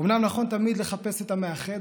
אומנם נכון תמיד לחפש את המאחד,